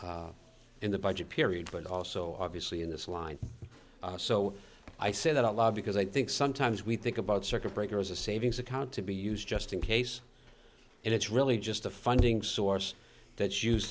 in the budget period but also obviously in this line so i say that a lot because i think sometimes we think about circuit breaker as a savings account to be used just in case and it's really just the funding source that